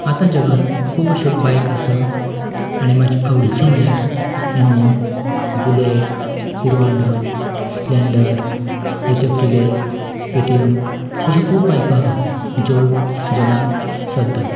आतां जगांत खूब अश्यो बायक आसात आनी म्हाज्यो आवडीच्यो म्हणल्यार NS Bullet Hero Honda Splendor HF Deluxe KTM अश्यो खूब बायको आहा ज्यो जगांत चलता